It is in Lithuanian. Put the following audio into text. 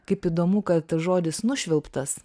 kaip įdomu kad žodis nušvilptas